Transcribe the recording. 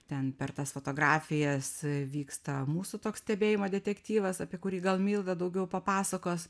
ten per tas fotografijas vyksta mūsų toks stebėjimo detektyvas apie kurį gal milda daugiau papasakos